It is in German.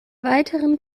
weiteren